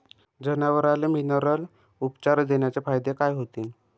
जनावराले मिनरल उपचार देण्याचे फायदे काय होतीन?